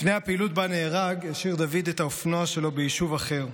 לפני הפעילות שבה נהרג השאיר דוד את האופנוע שלו ביישוב אחר.